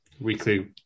Weekly